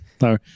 No